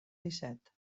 disset